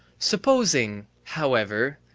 supposing, however,